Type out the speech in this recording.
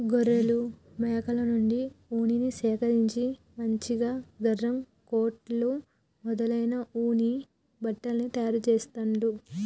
గొర్రెలు మేకల నుండి ఉన్నిని సేకరించి మంచిగా గరం కోట్లు మొదలైన ఉన్ని బట్టల్ని తయారు చెస్తాండ్లు